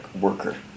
worker